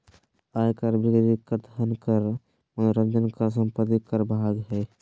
आय कर, बिक्री कर, धन कर, मनोरंजन कर, संपत्ति कर भाग हइ